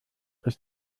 ist